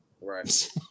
Right